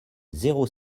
zéro